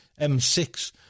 M6